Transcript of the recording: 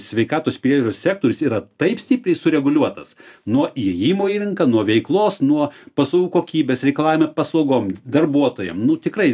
sveikatos priežiūros sektorius yra taip stipriai sureguliuotas nuo įėjimo į rinką nuo veiklos nuo paslaugų kokybės reikalavimai paslaugom darbuotojam nu tikrai